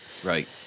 Right